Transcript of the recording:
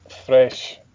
fresh